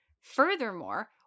Furthermore